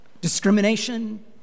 Discrimination